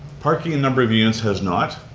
parking and number of units has not.